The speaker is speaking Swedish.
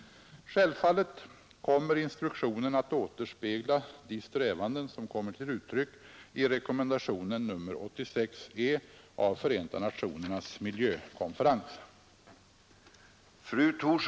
Självfallet kommer instruktionen att återspegla de strävanden som kommer till uttryck i rekommendation nr 86 av FN:s miljökonferens.